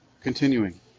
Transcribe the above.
Continuing